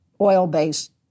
oil-based